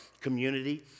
community